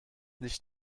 nicht